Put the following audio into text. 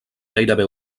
gairebé